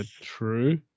true